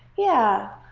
yeah.